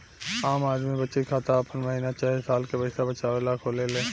आम आदमी बचत खाता आपन महीना चाहे साल के पईसा बचावे ला खोलेले